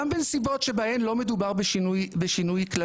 גם בנסיבות שבהן לא מדובר בשינוי כללי.